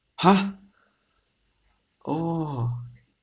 !huh! oh